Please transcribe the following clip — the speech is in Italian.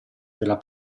della